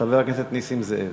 חבר הכנסת נסים זאב.